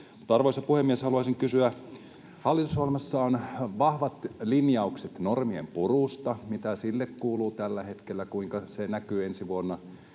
arvoisa puhemies, haluaisin kysyä: Hallitusohjelmassa on vahvat linjaukset normien purusta. Mitä niille kuuluu tällä hetkellä? Kuinka ne näkyvät ensi vuonna